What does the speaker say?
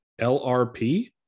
LRP